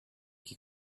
qui